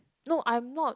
no I'm not